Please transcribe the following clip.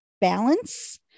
balance